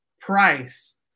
Price